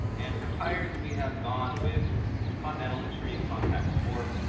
and for tyres, we have gone with continental extremecontact sport.